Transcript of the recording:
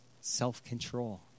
self-control